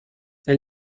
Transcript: elle